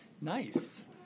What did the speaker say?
Nice